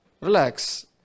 relax